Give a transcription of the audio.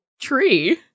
tree